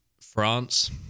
France